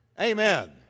amen